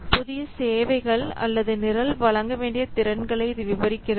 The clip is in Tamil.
புதிய சேவைகள் அல்லது நிரல் வழங்கவேண்டிய திறன்களை இது விவரிக்கிறது